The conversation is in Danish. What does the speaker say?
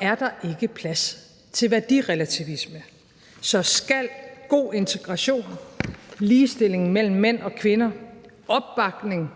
er der ikke plads til værdirelativisme, og så skal god integration, ligestilling mellem mænd og kvinder, helhjertet opbakning